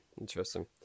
Interesting